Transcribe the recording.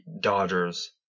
Dodgers